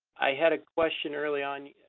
i had a question. early on,